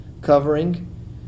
covering